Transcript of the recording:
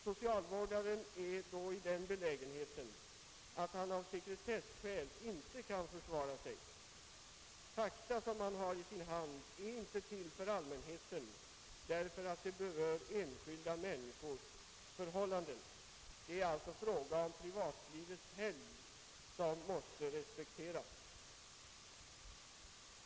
Socialvårdaren befinner sig i den belägenheten att han av sekretesskäl inte kan försvara sig. Fakta som han har i sin hand är inte till för allmänheten, eftersom de berör enskilda människors förhållanden. Det hela gäller privatlivets helgd, som måste respekteras.